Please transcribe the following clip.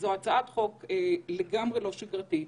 זאת הצעת חוק לגמרי לא שגרתית.